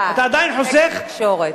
אה, תקשורת.